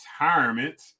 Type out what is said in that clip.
retirement